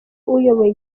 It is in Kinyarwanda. uyoboye